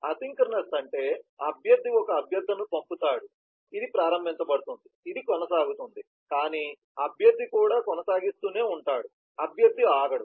asynchronous అంటే అభ్యర్థి ఒక అభ్యర్థనను పంపుతాడు ఇది ప్రారంభించబడింది ఇది కొనసాగుతుంది కానీ అభ్యర్థి కూడా కొనసాగిస్తూనే ఉంటాడు అభ్యర్థి ఆగడు